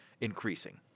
increasing